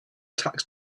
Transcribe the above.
tax